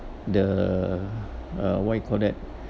the uh what you call that